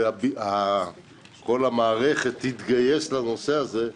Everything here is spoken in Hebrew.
וכל המערכת תתגייס לנושא הזה,